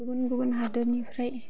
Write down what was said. गुबुन गुबुन हादरनिफ्राय